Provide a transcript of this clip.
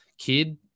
kid